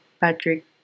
Patrick